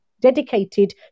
dedicated